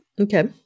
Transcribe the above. Okay